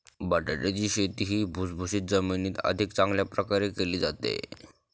बटाट्याची शेती ही भुसभुशीत जमिनीत अधिक चांगल्या प्रकारे केली जाते